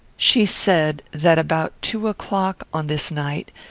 she said, that about two o'clock, on this night,